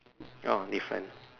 oh different